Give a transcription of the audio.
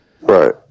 Right